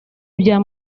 bya